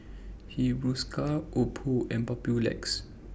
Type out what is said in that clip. Hiruscar Oppo and Papulex